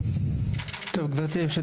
טוב גברתי היושבת